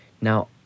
Now